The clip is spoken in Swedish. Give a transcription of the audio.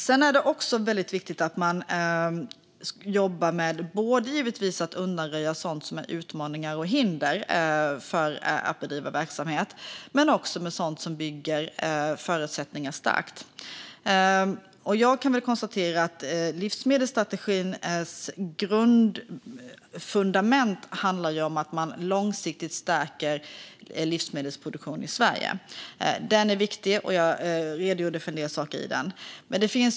Det är också viktigt att man jobbar med att givetvis undanröja sådant som är utmaningar och hinder för att bedriva verksamhet men också med sådant som bygger starka förutsättningar. Livsmedelsstrategins grundfundament handlar om att långsiktigt stärka livsmedelsproduktionen i Sverige. Den är viktig, och jag har redogjort för en del saker i den.